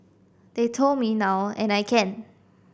they told me now and I can